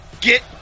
Get